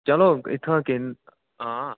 चलो इत्थुआं किन्ना आं